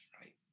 right